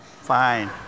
Fine